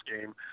game